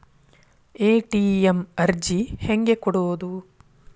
ATM ಅರ್ಜಿ ಹೆಂಗೆ ಕೊಡುವುದು?